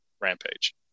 rampage